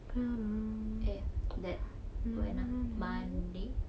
eh that when ah monday